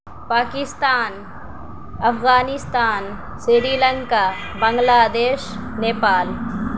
Pakistan Afghanistan Sri Lanka Bangladesh Nepal